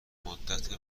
مدت